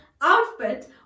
outfit